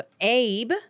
Abe